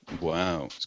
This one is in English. Wow